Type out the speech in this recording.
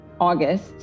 August